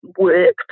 work